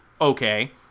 okay